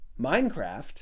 Minecraft